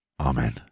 Amen